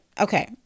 Okay